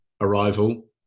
Arrival